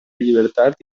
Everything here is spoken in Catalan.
llibertat